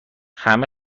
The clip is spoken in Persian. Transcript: همه